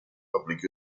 public